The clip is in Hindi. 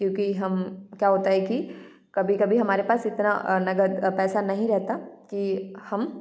क्योंकि हम क्या होता है कि कभी कभी हमारे पास इतना अ नगद अ पैसा नहीं रहता कि हम